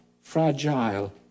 fragile